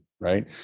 right